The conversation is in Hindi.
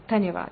धन्यवाद